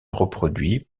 reproduit